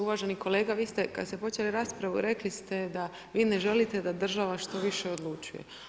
Uvaženi kolega vi ste, kad ste počeli raspravu, rekli ste da vi ne želite da država što više odlučuje.